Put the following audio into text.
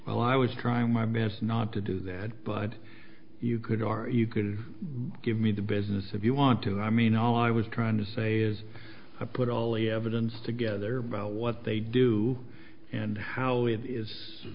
well i was trying my best not to do that but you could are you could give me the business if you want to i mean all i was trying to say is i put all the evidence together by what they do and how it is